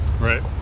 Right